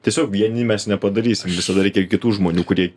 tiesiog vieni mes nepadarysim visada reikia ir kitų žmonių kurie